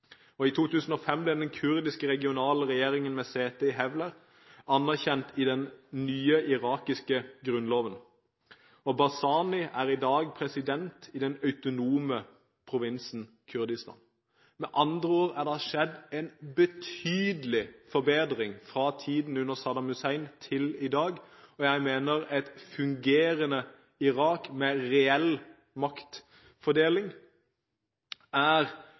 I 2005 ble den kurdiske regionale regjeringen med sete i Hewler anerkjent i den nye irakiske grunnloven. Barzani er i dag president i den autonome provinsen Kurdistan. Med andre ord er det skjedd en betydelig forbedring fra tiden under Saddam Hussein til i dag. Jeg mener et fungerende Irak med reell maktfordeling er